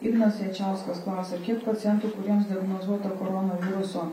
ignas jačauskas klausia kiek pacientų kuriems diagnozuota koronaviruso